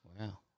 Wow